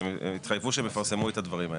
שהם התחייבו שהם יפרסמו את הדברים האלה.